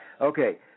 okay